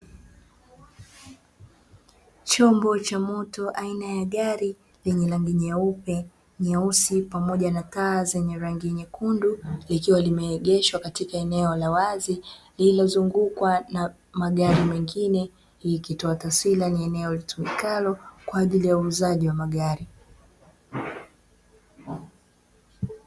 Chombo cha moto aina ya gari lenye rangi nyeupe, nyeusi pamoja na taa zenye rangi nyekundu; likiwa limeegeshwa katika eneo la wazi lililozungukwa na magari mengine. Hii ikitoa taswira ni eneo litumikalo kwa ajili ya uuzaji wa magari.